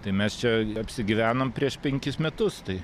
tai mes čia apsigyvenom prieš penkis metus tai